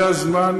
זה הזמן,